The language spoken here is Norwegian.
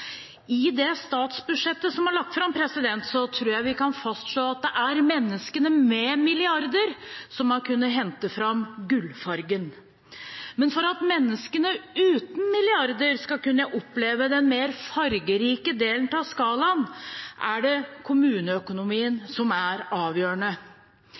I det statsbudsjettet som er lagt fram, tror jeg vi kan fastslå at det er menneskene med milliarder som har kunnet hentet fram gullfargen. Men for at menneskene uten milliarder skal kunne oppleve den mer fargerike delen av skalaen, er det